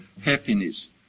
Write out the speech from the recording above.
happiness